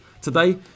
Today